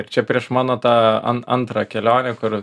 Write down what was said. ir čia prieš mano tą an antrą kelionę kur